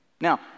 Now